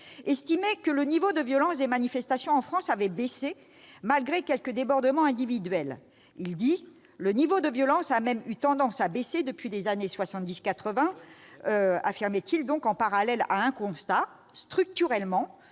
expliquait que le niveau de violence des manifestations en France avait baissé, malgré quelques débordements individuels. « Le niveau de violence a même eu tendance à baisser depuis les années 1970-1980 », constatait-il, en faisant parallèlement observer que, « structurellement,